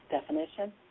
definition